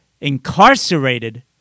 incarcerated